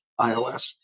iOS